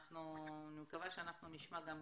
אני מקווה שאנחנו נשמע גם,